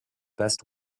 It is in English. best